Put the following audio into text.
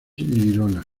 girona